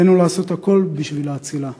עלינו לעשות הכול בשביל להצילה.